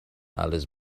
alice